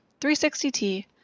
360T